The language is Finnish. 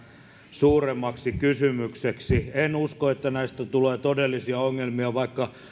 suuremmaksi kysymykseksi en usko että näistä tulee todellisia ongelmia vaikka